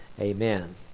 Amen